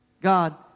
God